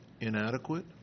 inadequate